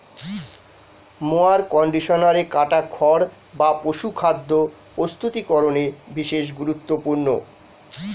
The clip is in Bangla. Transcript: মোয়ার কন্ডিশনারে কাটা খড় বা পশুখাদ্য প্রস্তুতিকরনে বিশেষ গুরুত্বপূর্ণ